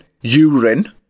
urine